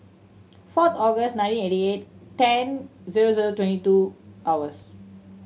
four August nineteen eighty eight ten zero zero twenty two hours